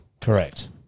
Correct